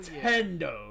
Nintendo